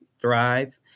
thrive